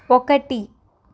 ఒకటి